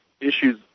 issues